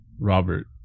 Robert